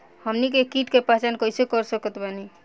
हमनी के कीट के पहचान कइसे कर सकत बानी?